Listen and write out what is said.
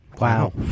Wow